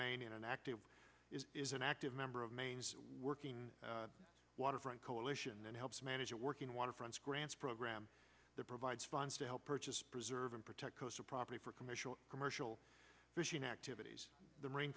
maine in an active is an active member of maine's working waterfront coalition that helps manage a working waterfronts grants program that provides funds to help purchase preserve and protect coastal property for commercial commercial fishing activities the marine